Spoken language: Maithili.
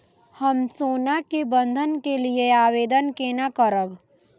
हम सोना के बंधन के लियै आवेदन केना करब?